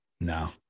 no